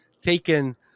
taken